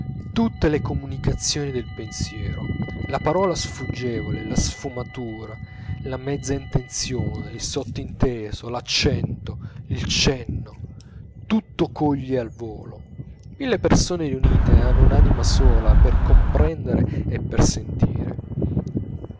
tutte le comunicazioni del pensiero la parola sfuggevole la sfumatura la mezza intenzione il sottinteso l'accento il cenno tutto coglie a volo mille persone riunite hanno un'anima sola per comprendere e per sentire